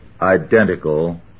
identical